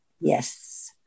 Yes